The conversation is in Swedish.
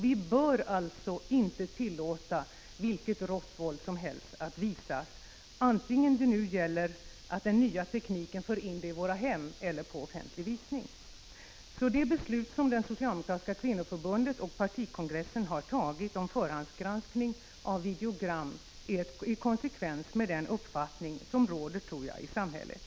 Vi bör inte tillåta ett rått våld, vare sig det genom den nya tekniken visas i våra hem eller på offentliga visningar. De beslut som det socialdemokratiska kvinnoförbundet och den socialdemokratiska partikongressen har fattat om förhandsgranskning av videogram överensstämmer med den uppfattning som jag tror råder i samhället.